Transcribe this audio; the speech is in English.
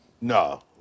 No